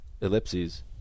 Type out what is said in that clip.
ellipses